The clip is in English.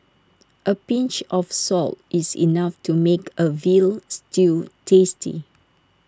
A pinch of salt is enough to make A Veal Stew tasty